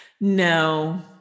No